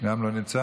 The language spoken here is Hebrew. גם לא נמצא.